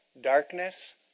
darkness